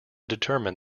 determine